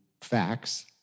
facts